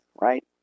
right